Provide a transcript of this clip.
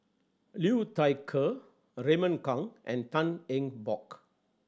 Liu Thai Ker Raymond Kang and Tan Eng Bock